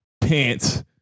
pants